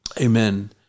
amen